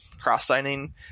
cross-signing